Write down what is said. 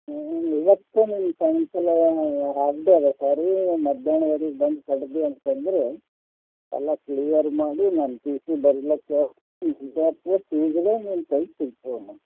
ಇವತ್ತು ನೀನು ಸಾಯಂಕಾಲ ಹಾಫ್ ಡೇ ಅಲ್ಲಾ ಸಾರಿ ಒಂದು ಮಧ್ಯಾಹ್ನವರೆಗೆ ಬಂದು ಕಟ್ಟಿದೆ ಅಂತಂದರೆ ಎಲ್ಲ ಕ್ಲಿಯರ್ ಮಾಡಿ ನಾನು ಟಿ ಸಿ ಬರಿಲಿಕ್ಕ ನಿನ್ನ ಕೈಗೆ ಸಿಗ್ತದಮ್ಮ